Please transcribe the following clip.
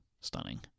stunning